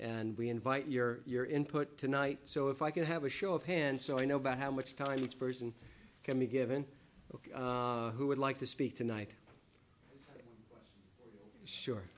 and we invite your your input tonight so if i could have a show of hands so i know how much time each person can be given who would like to speak tonight sure